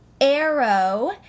Arrow